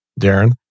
Darren